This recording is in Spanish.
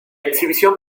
exhibición